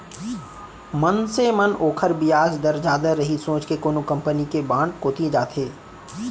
मनसे मन ओकर बियाज दर जादा रही सोच के कोनो कंपनी के बांड कोती जाथें